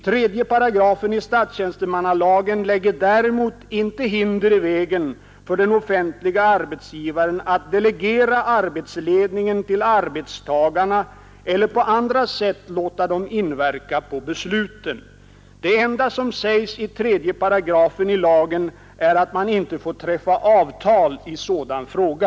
3 § statstjänstemannalagen lägger däremot inte hinder i vägen för den offentliga arbetsgivaren att delegera arbetsledningen till arbetstagarna eller på andra sätt låta dem inverka på besluten. Det enda som sägs i 3 § i lagen är att man inte får träffa avtal i sådan fråga.